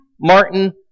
Martin